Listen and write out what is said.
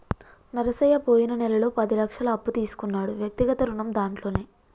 నరసయ్య పోయిన నెలలో పది లక్షల అప్పు తీసుకున్నాడు వ్యక్తిగత రుణం దాంట్లోనే